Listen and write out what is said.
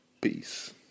Peace